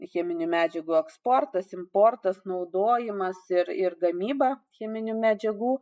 cheminių medžiagų eksportas importas naudojimas ir ir gamyba cheminių medžiagų